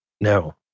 No